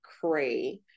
cray